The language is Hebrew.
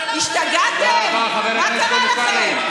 השתגעתם, מה קרה לכם?